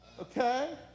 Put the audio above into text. Okay